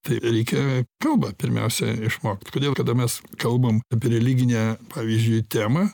tai reikia kalbą pirmiausia išmokt kodėl kada mes kalbam apie religinę pavyžiui temą